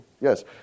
Yes